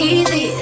Easy